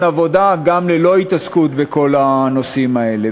עבודה גם ללא התעסקות בכל הנושאים האלה.